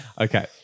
Okay